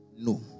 No